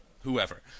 whoever